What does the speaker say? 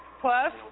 Plus